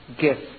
gift